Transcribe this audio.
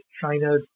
China